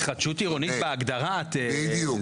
התחדשות עירונית, בהגדרה --- בדיוק.